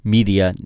Media